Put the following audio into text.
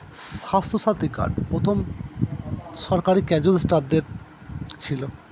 স্বাস্থ্য সাথি কার্ড প্রথম সরকারি ক্যাজুয়াল স্টাফদের ছিলো